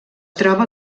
troba